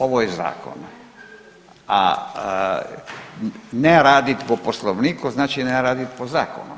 Ovo je zakon, a ne raditi po Poslovniku znači ne raditi po zakonu.